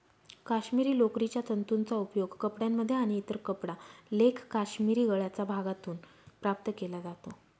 काश्मिरी लोकरीच्या तंतूंचा उपयोग कपड्यांमध्ये आणि इतर कपडा लेख काश्मिरी गळ्याच्या भागातून प्राप्त केला जातो